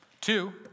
Two